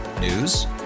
News